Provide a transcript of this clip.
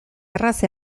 erraz